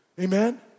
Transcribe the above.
amen